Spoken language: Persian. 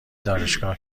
دانشگاه